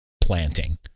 planting